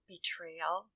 betrayal